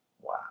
Wow